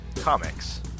Comics